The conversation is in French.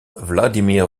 vladimir